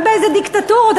רק באיזה דיקטטורות,